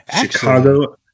chicago